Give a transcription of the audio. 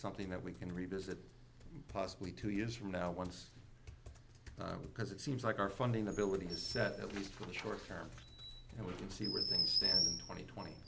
something that we can revisit possibly two years from now once because it seems like our funding ability has set at least for the short term and we can see where things stand twenty twenty